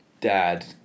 dad